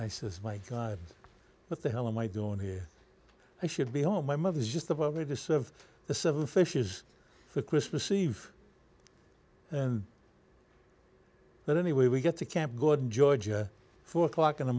i says my god what the hell am i doing here i should be home my mother is just about ready to serve the seven fishes for christmas eve but anyway we get to camp good in georgia four o'clock in the